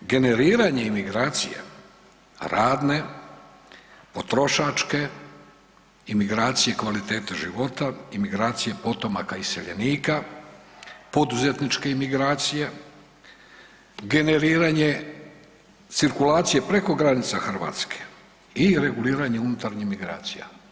Generiranje imigracija radne, potrošačke, imigracije kvalitete života, imigracije potomaka iseljenika, poduzetničke imigracije, generiranje cirkulacije preko granice Hrvatske i reguliranje unutarnjih migracija.